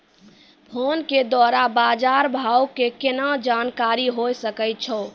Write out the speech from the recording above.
Phone के द्वारा बाज़ार भाव के केना जानकारी होय सकै छौ?